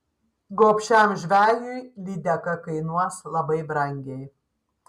gobšiam žvejui lydeka kainuos labai brangiai